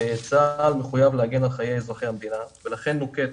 צבא ההגנה לישראל מחויב להגן על חיי אזרחי המדינה ולכן נוקט